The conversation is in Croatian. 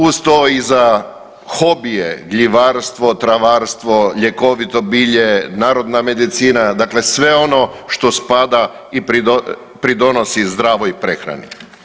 Uz to i za hobije gljivarstvo, travarstvo, ljekovito bilje, narodna medicina, dakle sve ono što spada i pridonosi zdravoj prehrani.